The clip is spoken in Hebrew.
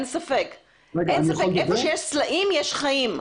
היכן שיש סלעים, יש חיים.